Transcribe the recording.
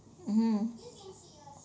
mmhmm